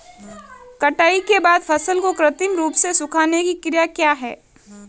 कटाई के बाद फसल को कृत्रिम रूप से सुखाने की क्रिया क्या है?